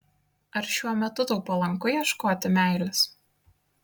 ar šiuo metu tau palanku ieškoti meilės